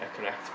correct